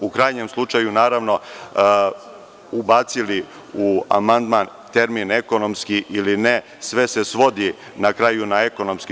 U krajnjem slučaju, naravno, ubacili u amandman termin - ekonomski ili ne, sve se svodi na kraju na ekonomski.